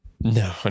no